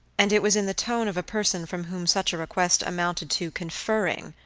and it was in the tone of a person from whom such a request amounted to conferring,